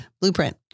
Blueprint